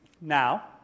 now